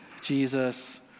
Jesus